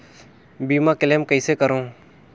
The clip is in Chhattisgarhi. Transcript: बीमा क्लेम कइसे करों?